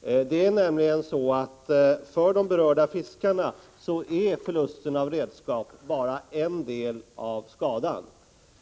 viss ersättning för. För de berörda fiskarna är nämligen förlusten av redskap bara en del av skadan.